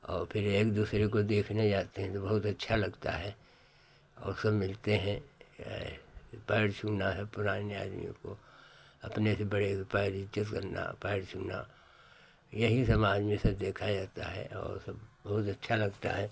और फिर एक दूसरे को देखने जाते हैं तो बहुत अच्छा लगता है और सब मिलते हैं पैर छूना है पुराने आदमियों को अपने से बड़े के पैर इज्जत करना पैर छूना यही समाज में सब देखा जाता है और सब बहुत अच्छा लगता है